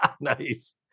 Nice